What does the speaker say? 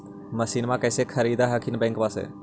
मसिनमा कैसे खरीदे हखिन बैंकबा से?